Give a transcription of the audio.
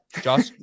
josh